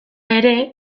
ere